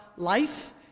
Life